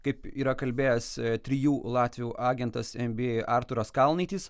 kaip yra kalbėjęs trijų latvių agentas nba artūras kalnaitis